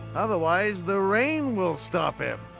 otherwise the rain will stop him!